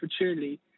opportunity